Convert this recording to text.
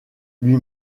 lui